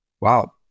wow